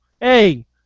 Hey